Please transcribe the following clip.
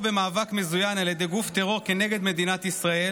במאבק מזוין על ידי גוף טרור כנגד מדינת ישראל,